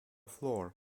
floor